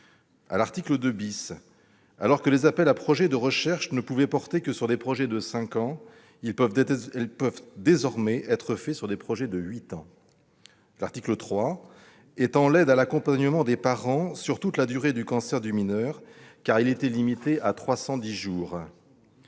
À l'article 2 , alors que les appels à projet de recherche ne pouvaient porter que sur des projets de cinq ans, ils peuvent désormais être faits sur des projets de huit ans. L'article 3 étend l'aide à l'accompagnement des parents sur toute la durée du cancer du mineur, alors